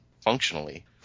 functionally